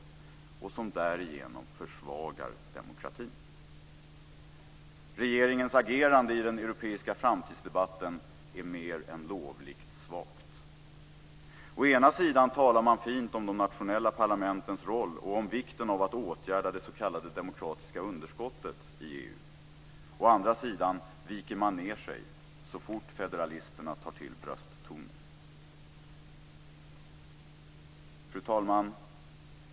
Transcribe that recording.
Därigenom försvagas demokratin. Regeringens agerande i den europeiska framtidsdebatten är mer än lovligt svagt. Å ena sidan talar man fint om de nationella parlamentens roll och om vikten av att åtgärda det s.k. demokratiska underskottet i EU. Å andra sidan viker man sig så fort federalisterna tar till brösttoner. Fru talman!